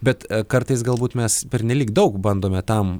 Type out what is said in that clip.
bet kartais galbūt mes pernelyg daug bandome tam